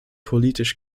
politisch